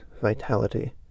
vitality